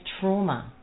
trauma